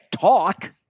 talk